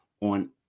on